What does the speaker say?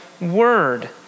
word